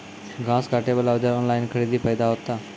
घास काटे बला औजार ऑनलाइन खरीदी फायदा होता?